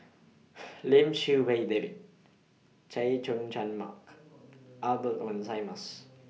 Lim Chee Wai David Chay Jung Jun Mark Albert Winsemius